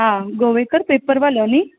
आं गोवेकर पेपरवालो न्ही